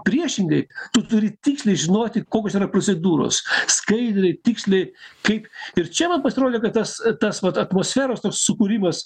priešingai tu turi tiksliai žinoti kokios yra procedūros skaidriai tiksliai kaip ir čia man pasirodė kad tas tas vat atmosferos toks sukūrimas